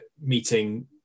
meeting